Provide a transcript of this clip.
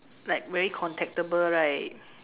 like very contactable right